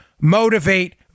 motivate